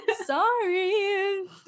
Sorry